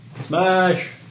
SMASH